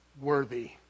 worthy